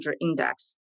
index